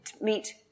meet